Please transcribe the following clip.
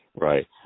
Right